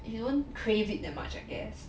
you won't crave it that much I guess